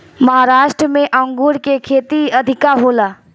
महाराष्ट्र में अंगूर के खेती अधिका होला